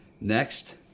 Next